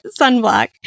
sunblock